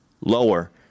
lower